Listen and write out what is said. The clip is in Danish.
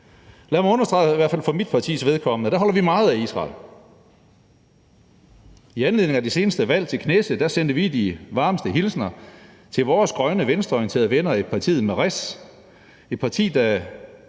Lad mig understrege, i hvert fald for mit partis vedkommende, at vi holder meget af Israel. I anledning af det seneste valg til Knesset sendte vi de varmeste hilsner til vores grønne venstreorienterede venner i partiet Meretz,